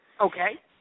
Okay